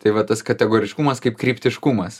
tai va tas kategoriškumas kaip kryptiškumas